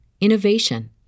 innovation